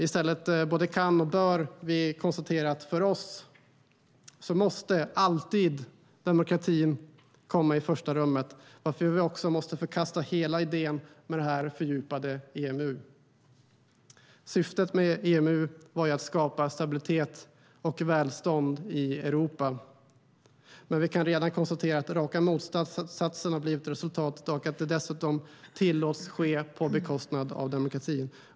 I stället både kan och bör vi konstatera att demokratin för oss alltid måste komma i första rummet, varför vi också måste förkasta hela idén med det fördjupade EMU. Syftet med EMU var att skapa stabilitet och välstånd i Europa. Men vi kan redan konstatera att raka motsatsen har blivit resultatet och att det dessutom tillåts ske på bekostnad av demokratin.